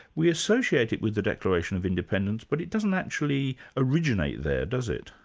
we associate it with the declaration of independence, but it doesn't actually originate there, does it?